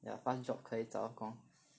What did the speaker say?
ya FastJobs 可以找工